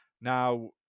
now